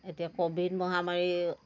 এতিয়া কোভিড মহামাৰীয়ে